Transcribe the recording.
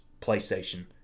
PlayStation